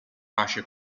pace